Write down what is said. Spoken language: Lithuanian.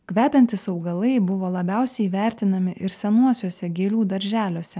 kvepiantys augalai buvo labiausiai vertinami ir senuosiuose gėlių darželiuose